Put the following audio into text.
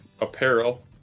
apparel